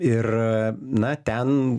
ir na ten